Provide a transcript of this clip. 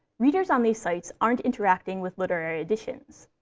readers on these sites aren't interacting with literary editions.